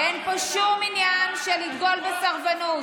אין פה שום עניין של לדגול בסרבנות,